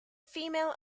female